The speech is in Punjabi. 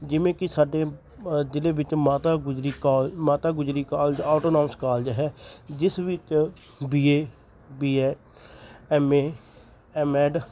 ਜਿਵੇਂ ਕਿ ਸਾਡੇ ਜ਼ਿਲ੍ਹੇ ਵਿੱਚ ਮਾਤਾ ਗੁਜਰੀ ਕੋ Mata Gujri college autonomous college ਹੈ ਜਿਸ ਵਿੱਚ B A B A M A M Ed